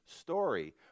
story